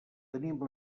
tenim